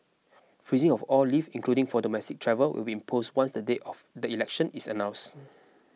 freezing of all leave including for domestic travel will be posed once the date of the election is announced